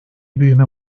büyüme